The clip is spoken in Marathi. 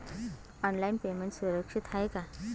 ऑनलाईन पेमेंट सुरक्षित आहे का?